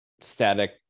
static